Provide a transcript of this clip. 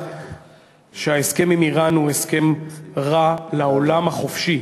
שההסכם עם איראן הוא הסכם רע לעולם החופשי.